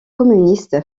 communiste